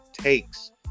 takes